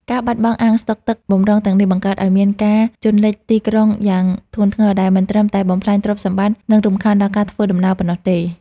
ការបាត់បង់អាងស្តុកទឹកបម្រុងទាំងនេះ បង្កើតឱ្យមានការជន់លិចទីក្រុងយ៉ាងធ្ងន់ធ្ងរ ដែលមិនត្រឹមតែបំផ្លាញទ្រព្យសម្បត្តិ និងរំខានដល់ការធ្វើដំណើរប៉ុណ្ណោះទេ។